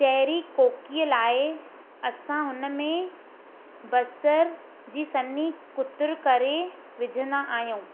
cherry कोकीअ लाइ असां हुनमें बसर जी सन्नी कुतुर करे विझंदा आहियूं